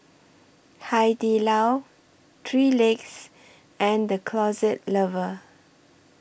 Hai Di Lao three Legs and The Closet Lover